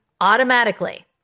automatically